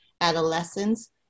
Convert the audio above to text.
adolescents